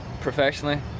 professionally